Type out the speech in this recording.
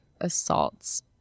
assaults